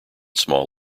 small